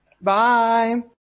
Bye